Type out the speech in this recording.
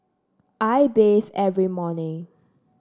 I bathe every morning